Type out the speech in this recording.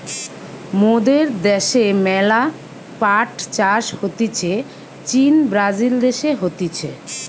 মোদের দ্যাশে ম্যালা পাট চাষ হতিছে চীন, ব্রাজিল দেশে হতিছে